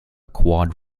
quad